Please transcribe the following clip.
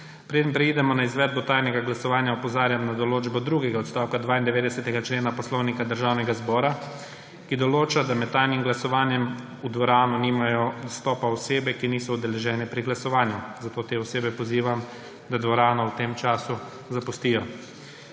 Preden preidemo na izvedbo tajnega glasovanja, opozarjam na določbo drugega odstavka 92. člena Poslovnika Državnega zbora, ki določa, da med tajnim glasovanjem v dvorano nimajo dostopa osebe, ki niso udeležene pri glasovanju, zato te osebe pozivam, da dvorano v tem času zapustijo.